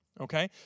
okay